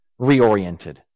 reoriented